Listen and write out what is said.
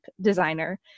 designer